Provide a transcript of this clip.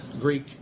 Greek